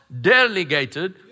delegated